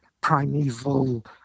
primeval